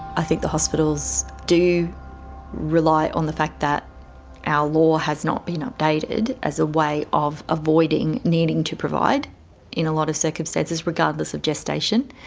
i think the hospitals do rely on the fact that our law has not been updated as a way of avoiding needing to provide in a lot of circumstances, regardless of gestation.